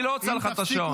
אני לא עוצר לך את השעון.